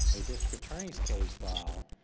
a district attorney's case file,